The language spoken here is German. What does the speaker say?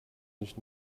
nicht